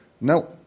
No